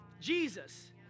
Jesus